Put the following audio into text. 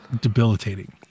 debilitating